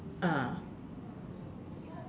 ah